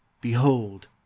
behold